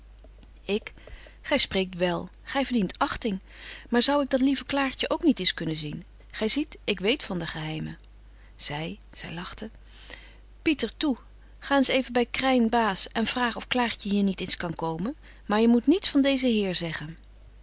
ik gy spreekt wél gy verdient achting maar zou ik dat lieve klaartje ook niet eens kunnen zien gy ziet ik weet van de geheimen zy zy lachte pieter toe ga eens even by kryn baas en vraag of klaartje hier niet eens kan komen maar je moet niets van deebetje